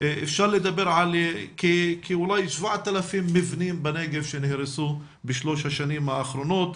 אפשר לדבר על כ-7,000 מבנים בנגב שנהרסו בשלוש השנים האחרונות.